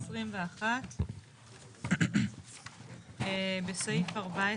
עמוד 21. בסעיף 14